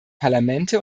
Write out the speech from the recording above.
parlamente